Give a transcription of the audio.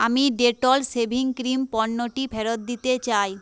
আমি Dettol shaving cream পণ্যটি ফেরত দিতে চাই